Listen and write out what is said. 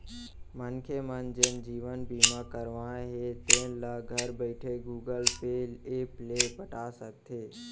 मनखे मन जेन जीवन बीमा करवाए हें तेल ल घर बइठे गुगल पे ऐप ले पटा सकथे